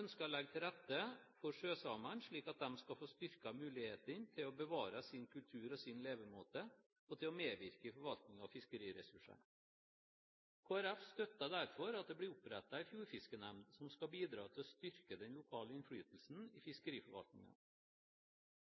ønsker å legge til rette for sjøsamene, slik at de skal få styrket mulighetene til å bevare sin kultur og sin levemåte og mulighetene til å medvirke i forvaltningen av fiskeressursene. Kristelig Folkeparti støtter derfor at det blir opprettet en fjordfiskenemnd som skal bidra til å styrke den lokale innflytelsen i fiskeriforvaltningen.